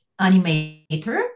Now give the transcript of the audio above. animator